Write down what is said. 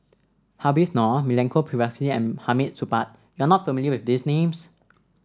Habib Noh Milenko Prvacki and Hamid Supaat you are not familiar with these names